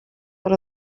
per